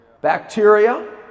bacteria